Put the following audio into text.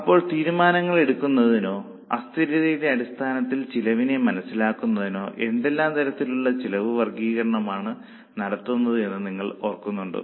അപ്പോൾ തീരുമാനങ്ങൾ എടുക്കുന്നതിനോ അസ്ഥിരതയുടെ അടിസ്ഥാനത്തിൽ ചിലവിനെ മനസ്സിലാക്കുന്നതിനോ എന്തെല്ലാം തരത്തിലുള്ള ചെലവ് വർഗീകരണമാണ് നടത്തുന്നതെന്ന് നിങ്ങൾ ഓർക്കുന്നുണ്ടോ